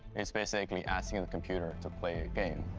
it's basically asking the computer to play a game.